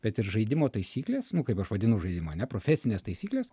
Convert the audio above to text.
bet ir žaidimo taisyklės nu kaip aš vadinu žaidimą ane profesinės taisyklės